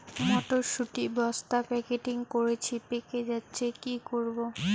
মটর শুটি বস্তা প্যাকেটিং করেছি পেকে যাচ্ছে কি করব?